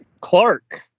Clark